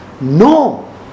No